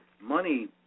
money